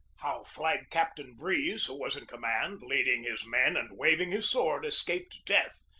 how flag captain breeze, who was in command, leading his men and waving his sword, escaped death,